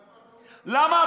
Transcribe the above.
למה?